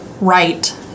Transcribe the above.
right